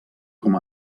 com